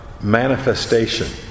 manifestation